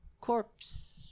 Corpse